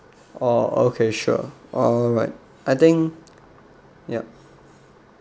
oh okay sure alright I think yup